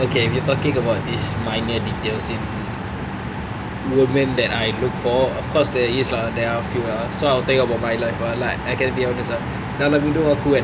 okay we talking about this minor details in women that I look for of course there is lah there are a few ah so I'll tell you about my life ah like I can be honest ah dalam hidup aku kan